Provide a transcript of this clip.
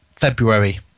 February